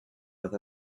with